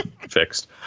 fixed